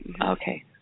Okay